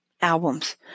albums